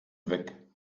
weg